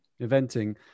Eventing